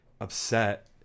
upset